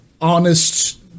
honest